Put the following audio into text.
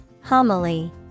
Homily